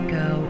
go